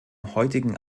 heutigen